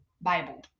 bible